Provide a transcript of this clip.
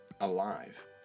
alive